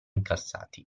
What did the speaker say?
incassati